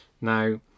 Now